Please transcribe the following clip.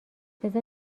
بذار